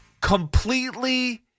completely